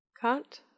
cut